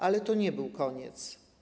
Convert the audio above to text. Ale to nie był koniec.